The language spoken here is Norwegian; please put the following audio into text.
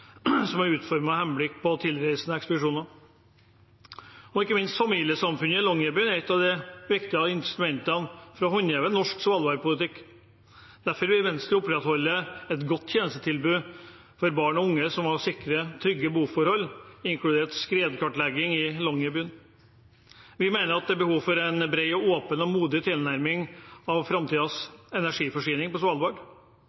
som er utformet med henblikk på tilreisende ekspedisjoner. Ikke minst er familiesamfunnet Longyearbyen et av de viktigste instrumentene for å håndheve norsk svalbardpolitikk. Derfor vil Venstre opprettholde et godt tjenestetilbud for barn og unge, som å sikre trygge boforhold, inkludert skredkartlegging i Longyearbyen. Vi mener at det er behov for en bred, åpen og modig tilnærming